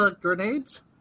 grenades